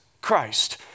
Christ